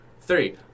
three